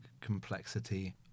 complexity